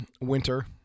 winter